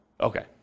Okay